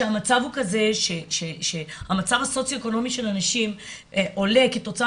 כשהמצב הוא כזה שהמצב הסוציואקונומי של אנשים עולה כתוצאה